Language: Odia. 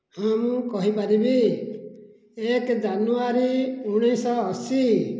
ହଁ ମୁଁ କହିପାରିବି ଏକ ଜାନୁଆରୀ ଉଣେଇଶହ ଅଶି